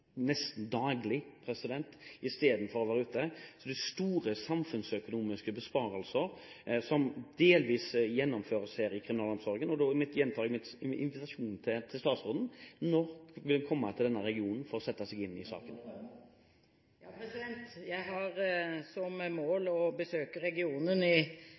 nesten daglig istedenfor å være ute. Det er altså store samfunnsøkonomiske besparelser som her delvis gjennomføres i kriminalomsorgen. Jeg gjentar min invitasjon til statsråden: Når vil hun komme til denne regionen for å sette seg inn i saken? Jeg har som mål å besøke regionen i